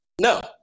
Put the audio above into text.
No